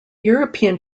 european